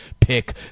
pick